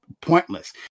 pointless